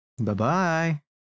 Bye-bye